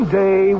day